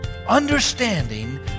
understanding